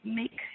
make